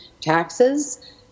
taxes